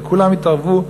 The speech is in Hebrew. וכולם התערבו,